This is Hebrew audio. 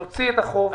להוציא את החוב?